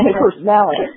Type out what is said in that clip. personality